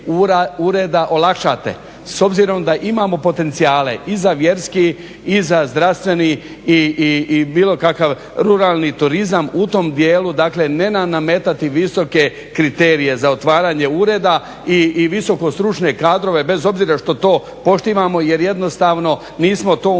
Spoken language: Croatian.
ureda olakšate s obzirom da imamo potencijale i za vjerski i za zdravstveni i bilo kakav ruralni turizam. U tom dijelu, dakle ne nametati visoke kriterije za otvaranje ureda i visoko stručne kadrove bez obzira što to poštivamo jer jednostavno nismo to u